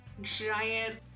Giant